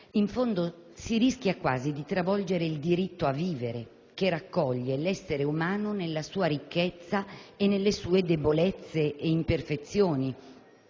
In fondo, si rischia quasi di travolgere il diritto a vivere, che raccoglie l'essere umano nella sua ricchezza e nelle sue debolezze e imperfezioni.